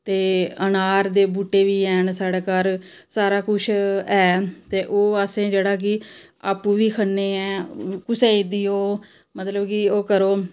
ते अनार दे बूह्टे बी ऐन साढ़ै घर सारा कुछ ऐ ते ओह् असें जेह्ड़ा कि आपूं बी खन्ने आं कुसै गी देओ मतलब कि ओह्